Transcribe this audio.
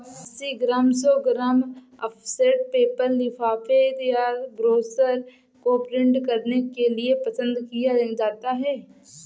अस्सी ग्राम, सौ gram offset paper लिफाफे या ब्रोशर को प्रिंट करने के लिए पसंद किया जाता है